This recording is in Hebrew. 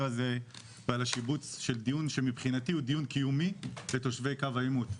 הזה ועל השיבוץ של דיון שמבחינתי הוא דיון קיומי לתושבי קו העימות.